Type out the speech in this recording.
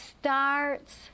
starts